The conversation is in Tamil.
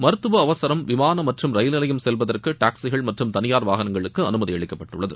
மருத்துவ அவசரம் விமான மற்றும் ரயில் நிலையம் செல்வதற்கு டாக்சிகள் மற்றும் தனியார் வாகனங்கள் அனுமதி வழங்கப்பட்டுள்ளது